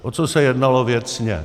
O co se jednalo věcně.